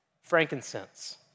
frankincense